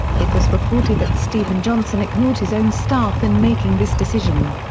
it was reported that stephen johnson ignored his own staff in making this decision.